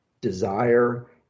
desire